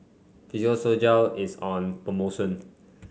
Physiogel is on promotion